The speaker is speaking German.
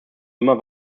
immer